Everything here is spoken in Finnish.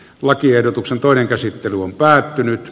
lakiehdotuksen toinen käsittely on päättynyt